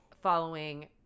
following